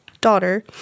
daughter